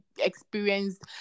experienced